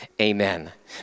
Amen